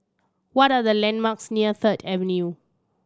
what are the landmarks near Third Avenue